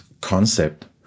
concept